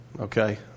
okay